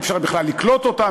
אי-אפשר בכלל לקלוט אותם,